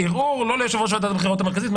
ערעור לא ליו"ר ועדת הבחירות המרכזית.